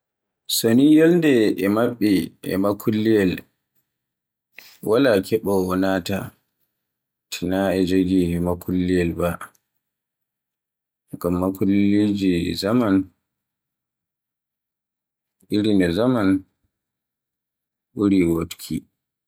So ni yolnde e maɓɓi e makulliyel wala keɓowoo nata, Tina e jogi makulliyel ba, ngam makulliji zaman, makulliji irin no zaman ɓuri woɗuuki.